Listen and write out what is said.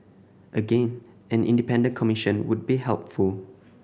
again an independent commission would be helpful